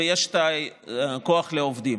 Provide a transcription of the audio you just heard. ויש כוח לעובדים.